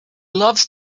loves